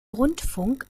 rundfunk